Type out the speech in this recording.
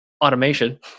automation